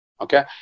Okay